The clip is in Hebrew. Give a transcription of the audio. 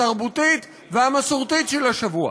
התרבותית והמסורתית של השבוע.